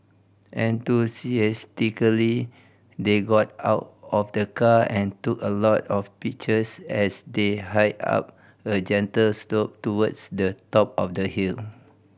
enthusiastically they got out of the car and took a lot of pictures as they hiked up a gentle slope towards the top of the hill